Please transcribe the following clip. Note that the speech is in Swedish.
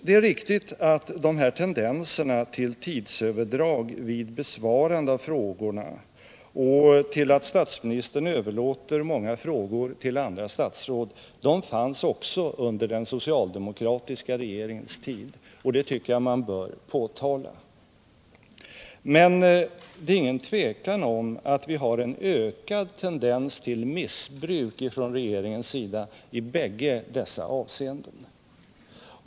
Det är riktigt att tendenserna till tidsöverdrag vid besvarande av frågorna och till att statsministern överlåter många frågor till andra statsråd fanns också under den socialdemokratiska regeringens tid. Det tycker jag man bör påpeka. Men det är inget tvivel om att vi har en ökad tendens till missbruk från den nuvarande regeringens sida i bägge dessa avseenden.